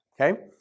okay